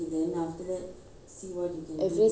every saturday morning need to go lah